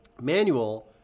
manual